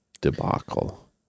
debacle